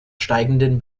steigenden